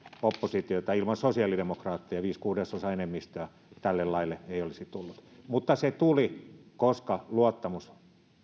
oppositiota ja ilman sosiaalidemokraatteja viiden kuudesosan enemmistöä tälle laille ei olisi tullut mutta se tuli koska luottamus